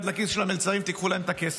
לכיס של המלצרים ותיקחו להם את הכסף,